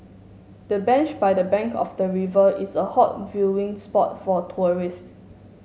the bench by the bank of the river is a hot viewing spot for tourists